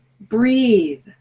Breathe